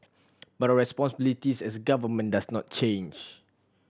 but responsibilities as a government does not change